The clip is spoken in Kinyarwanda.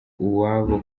uwabo